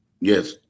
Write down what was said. yes